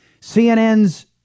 CNN's